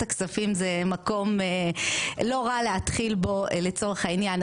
הכספים זה מקום לא רע להתחיל בו לצורך העניין.